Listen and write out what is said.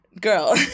Girl